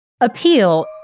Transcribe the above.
Appeal